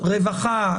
רווחה,